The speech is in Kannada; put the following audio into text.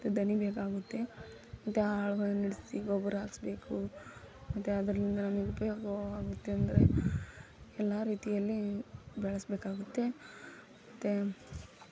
ದಣಿಬೇಕಾಗುತ್ತೆ ಮತ್ತೆ ಆಳುಗಳನ್ನು ಇಡಿಸಿ ಗೊಬ್ಬರ ಹಾಕ್ಸ್ಬೇಕು ಮತ್ತೆ ಅದರಿಂದ ನಮಗೆ ಉಪಯೋಗವಾಗುತ್ತೆ ಅಂದರೆ ಎಲ್ಲ ರೀತಿಯಲ್ಲಿ ಬೆಳೆಸಬೇಕಾಗುತ್ತೆ ಮತ್ತು